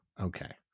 Okay